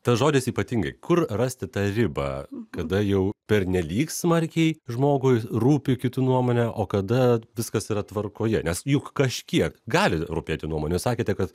tas žodis ypatingai kur rasti tą ribą kada jau pernelyg smarkiai žmogui rūpi kitų nuomonė o kada viskas yra tvarkoje nes juk kažkiek gali rūpėti nuomonių sakėte kad